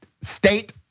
state